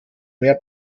mehr